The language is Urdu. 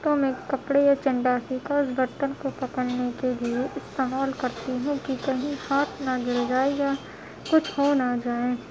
تو میں کپڑے یا چنڈاسی کا اس برتن کو پکڑنے کے لیے استعمال کرتی ہوں کہ کہیں ہاتھ نہ جل جائے یا کچھ ہو نہ جائے